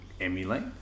emulate